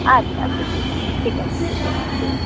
আচ্ছা আচ্ছা ঠিক আছে ঠিক আছে ঠিক আছে ঠিক আছে